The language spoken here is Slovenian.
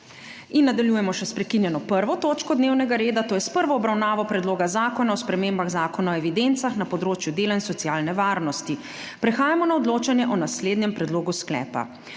**Nadaljujemo še****s prekinjeno 1. točko dnevnega reda - prva obravnava Predloga zakona o spremembah Zakona o evidencah na področju dela in socialne varnosti** Prehajamo na odločanje o naslednjem predlogu sklepa: